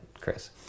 Chris